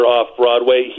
Off-Broadway